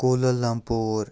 Cola Lumpur